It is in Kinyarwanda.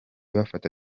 bafata